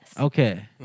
Okay